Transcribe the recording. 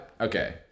Okay